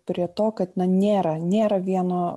prie to kad nėra nėra vieno